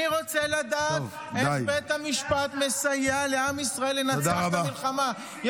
אני רוצה לדעת איך בית המשפט מסייע לעם ישראל לנצח במלחמה.